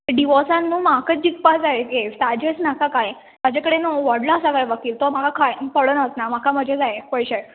डिवोर्सान न्हू म्हाका जिखपा जाय केस ताजेच नाका कांय ताचे कडेन व्हडलो आसा खंय वकील तो म्हाका कांय पडोन वचना म्हाका म्हजे जाय पयशे